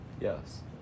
Yes